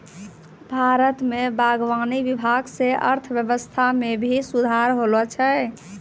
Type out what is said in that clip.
भारत मे बागवानी विभाग से अर्थव्यबस्था मे भी सुधार होलो छै